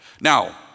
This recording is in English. Now